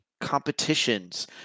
competitions